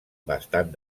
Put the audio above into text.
bastant